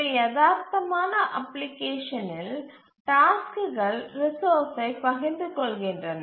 ஒரு யதார்த்தமான அப்ளிகேஷனில் டாஸ்க்குகள் ரிசோர்ஸ்சை பகிர்ந்து கொள்கின்றன